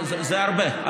זה הרבה.